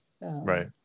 Right